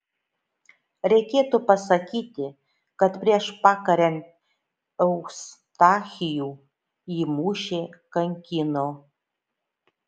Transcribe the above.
reikėtų pasakyti kad prieš pakariant eustachijų jį mušė kankino